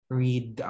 read